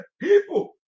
people